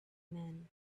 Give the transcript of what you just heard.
man